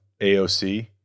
aoc